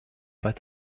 pas